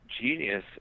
genius